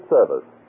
Service